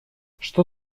что